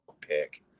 pick